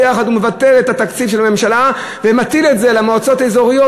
הוא מבטל את התקציב של הממשלה ומטיל את זה על המועצות האזוריות